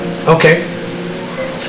Okay